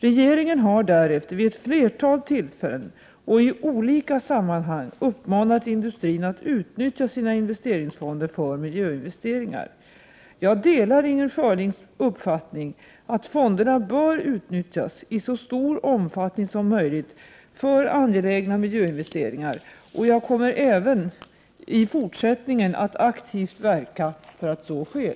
Regeringen har därefter vid ett flertal tillfällen och i olika sammanhang uppmanat industrin att utnyttja sina investeringsfonder för miljöinvesteringar. Jag delar Inger Schörlings uppfattning att fonderna bör utnyttjas i så stor omfattning som möjligt för angelägna miljöinvesteringar, och jag kommer även i fortsättningen att aktivt verka för att så sker.